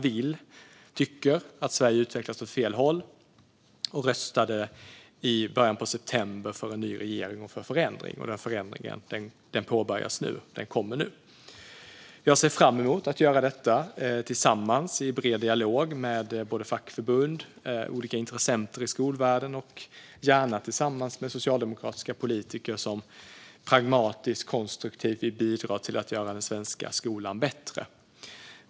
Väljarna tycker att Sverige utvecklas åt fel håll och röstade i början av september för en ny regering och för förändring. Den förändringen kommer nu. Jag ser fram emot att göra detta tillsammans och i bred dialog med både fackförbund och olika intressenter i skolvärlden, gärna också tillsammans med socialdemokratiska politiker som pragmatiskt och konstruktivt vill bidra till att göra den svenska skolan bättre.